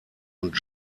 und